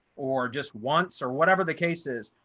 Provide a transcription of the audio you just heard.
or just once or whatever the case is.